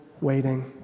waiting